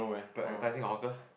the Tai Seng the hawker